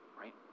Right